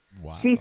Wow